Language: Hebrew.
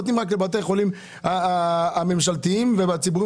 נותנים רק לבתי חולים הממשלתיים והציבוריים